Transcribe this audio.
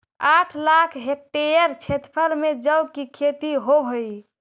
आठ लाख हेक्टेयर क्षेत्रफल में जौ की खेती होव हई